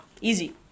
Easy